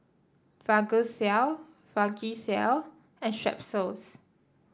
Vagisil Vagisil and Strepsils